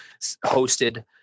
hosted